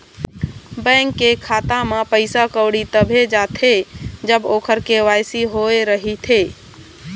bank के खाता म पइसा कउड़ी तभे जाथे जब ओखर के.वाई.सी होए रहिथे